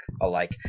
alike